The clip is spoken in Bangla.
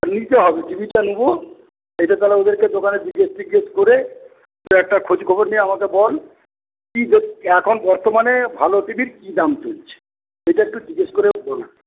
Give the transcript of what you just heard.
নিতে হবে টিভিটা নেব এটা তাহলে ওদেরকে দোকানে জিজ্ঞেস টিজ্ঞেস করে দুই একটা খোঁজ খবর নিয়ে আমাকে বল এখন বর্তমানে ভালো টিভির কি দাম চলছে এটা একটু জিজ্ঞেস করে বল